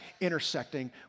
intersecting